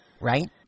Right